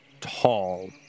tall